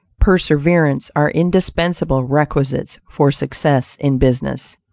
perseverance, are indispensable requisites for success in business.